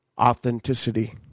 authenticity